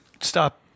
stop